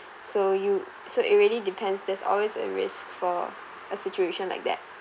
so you so it really depends there's always a risk for a situation like that